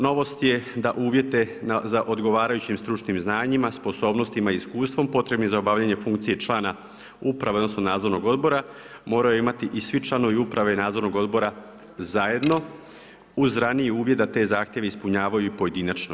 Novost je da uvjete za odgovarajućim stručnim znanjima, sposobnostima i iskustvom potrebni za obavljanje funkcije člana uprave odnosno nadzornog odbora moraju imati i svi članovi uprave i nadzornog odbora zajedno uz raniji uvjet da te zahtjeve ispunjavaju i pojedinačno.